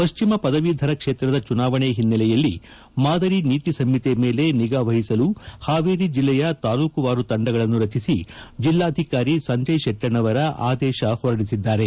ಪಶ್ವಿಮ ಪದವೀಧರ ಕ್ಷೇತ್ರದ ಚುನಾವಣೆಯ ಹಿನ್ನೆಲೆಯಲ್ಲಿ ಮಾದರಿ ನೀತಿ ಸಂಹಿತೆ ಮೇಲೆ ನಿಗಾವಹಿಸಲು ಹಾವೇರಿ ಜಿಲ್ಲೆಯ ತಾಲೂಕುವಾರು ತಂಡಗಳನ್ನು ರಚಿಸಿ ಜಿಲ್ಲಾಧಿಕಾರಿ ಸಂಜಯ ಶೆಟ್ಟಣ್ಣವರ ಆದೇಶ ಹೊರಡಿಸಿದ್ದಾರೆ